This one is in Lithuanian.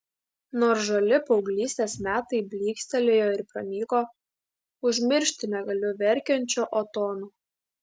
nors žali paauglystės metai blykstelėjo ir pranyko užmiršti negaliu verkiančio otono